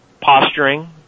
posturing